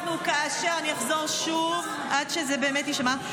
אני אחזור שוב, עד שזה באמת יישמע.